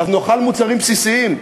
אז נאכל מוצרים בסיסיים.